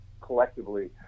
collectively